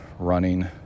running